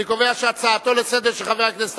אני קובע שהצעתו לסדר-היום של חבר הכנסת